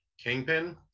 Kingpin